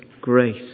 grace